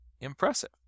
impressive